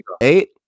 Eight